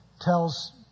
tells